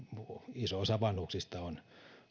iso osa vanhuksista on